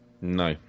no